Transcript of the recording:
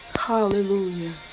hallelujah